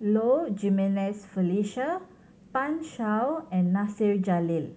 Low Jimenez Felicia Pan Shou and Nasir Jalil